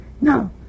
no